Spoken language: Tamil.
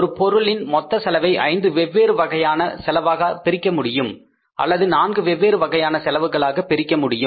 ஒரு பொருளின் மொத்த செலவை ஐந்து வெவ்வேறு வகையான செலவாக பிரிக்க முடியும் அல்லது நான்கு வெவ்வேறு வகையான செலவுகளாக பிரிக்க முடியும்